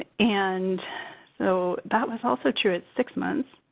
and so, that was also true at six months.